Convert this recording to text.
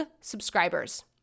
subscribers